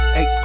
Hey